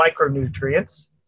micronutrients